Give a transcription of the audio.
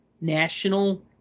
National